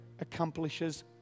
accomplishes